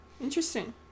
interesting